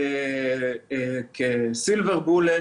כסילבר-בולט